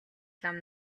лам